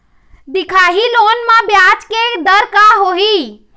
दिखाही लोन म ब्याज के दर का होही?